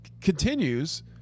continues